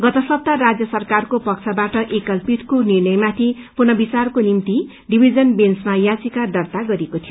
गत सप्ताह राज्य सरकारको पक्षबाट एकल पीठले निर्णयमाथि पुनर्विचारको निम्ति डिभीजन बेन्चमा याचिका दर्ता गरिएको थियो